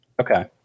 Okay